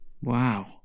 wow